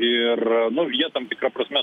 ir nu jie tam tikra prasme